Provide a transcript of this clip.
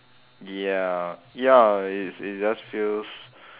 ya ya it's it just feels